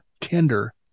tender